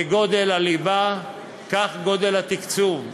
כגודל הליבה כך גודל התקצוב.